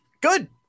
good